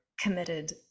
committed